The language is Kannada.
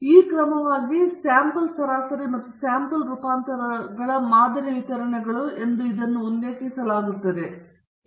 ಆದ್ದರಿಂದ ಕ್ರಮವಾಗಿ ಸ್ಯಾಂಪಲ್ ಸರಾಸರಿ ಮತ್ತು ಸ್ಯಾಂಪಲ್ ರೂಪಾಂತರಗಳ ಮಾದರಿ ವಿತರಣೆಗಳು ಎಂದು ಇದನ್ನು ಉಲ್ಲೇಖಿಸಲಾಗುತ್ತದೆ